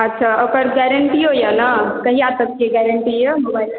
अच्छा ओकर गारंटियो यऽ ने कहिया तकके गारंटी यऽ मोबाइल